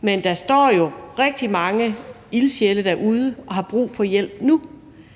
men der står jo rigtig mange ildsjæle derude og har brug for hjælp nu.